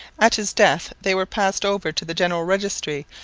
at his death they were passed over to the general registry,